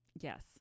yes